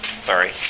Sorry